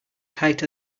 tight